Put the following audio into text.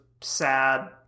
sad